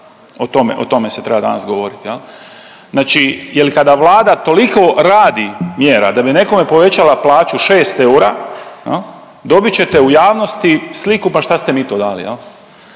o tome se treba danas govoriti. Znači jer kada Vlada toliko radi mjera da bi nekome povećala plaću 6 eura, dobit ćete u javnosti sliku pa šta ste mi to dali,